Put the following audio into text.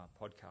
podcast